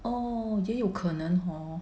oh 也有可能 hor